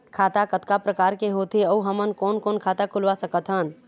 खाता कतका प्रकार के होथे अऊ हमन कोन कोन खाता खुलवा सकत हन?